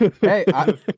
Hey